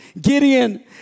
Gideon